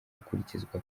gukurikizwa